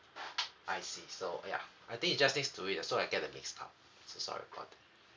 I see so !aiya! I think it just next to it lah so I get it mixed up so sorry about that